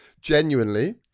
Genuinely